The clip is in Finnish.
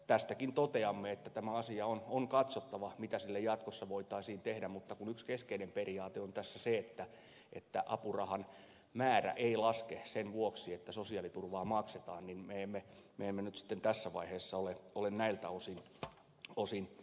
tästäkin toteamme että tämä asia on katsottava mitä sille jatkossa voitaisiin tehdä mutta kun yksi keskeinen periaate on tässä se että apurahan määrä ei laske sen vuoksi että sosiaaliturvaa maksetaan niin me emme nyt sitten tässä vaiheessa ole näiltä osin edenneet